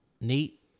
neat